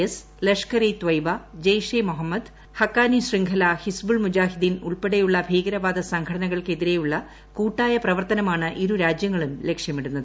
S Lashkar e Taiba Jaish e Mohammed Haqqani ശൃംഖല ഹിസ്ബുൾ മുജാഹിദ്ദീൻ ഉൾപ്പെടെയുള്ള ഭീകരവാദ സംഘടനകൾക്ക് എതിരെയുള്ള കൂട്ടായ പ്രവർത്തനമാണ് ഇരു രാജ്യങ്ങളും ലക്ഷ്യമിടുന്നത്